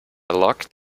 locked